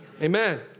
Amen